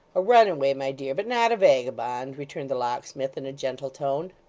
a runaway, my dear, but not a vagabond returned the locksmith in a gentle tone.